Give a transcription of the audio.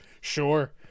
Sure